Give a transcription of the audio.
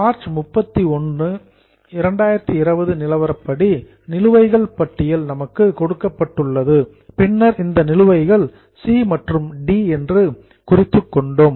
March 31 2020 நிலவரப்படி நிலுவைகள் பட்டியல் நமக்கு கொடுக்கப்பட்டுள்ளது பின்னர் இந்த நிலுவைகளை சி மற்றும் டி என்று குறித்துக் கொண்டோம்